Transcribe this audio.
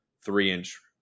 three-inch